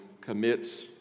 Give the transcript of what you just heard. commits